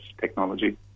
technology